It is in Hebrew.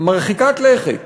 מרחיקת לכת